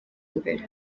imbere